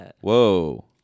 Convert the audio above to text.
Whoa